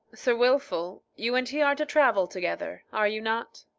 sir wilfull, you and he are to travel together, are you not?